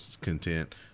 content